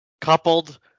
coupled